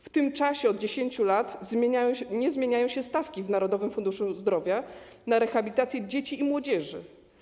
W tym czasie od 10 lat nie zmieniają się stawki w Narodowym Funduszu Zdrowia na rehabilitację dzieci i młodzieży.